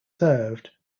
served